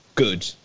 good